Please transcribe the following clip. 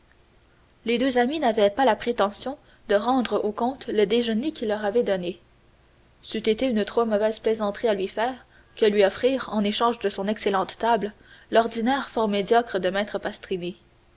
les deux amis n'avaient pas la prétention de rendre au comte le déjeuner qu'il leur avait donné ç'eût été une trop mauvaise plaisanterie à lui faire que lui offrir en échange de son excellente table l'ordinaire fort médiocre de maître pastrini